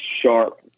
sharp